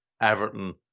Everton